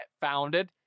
founded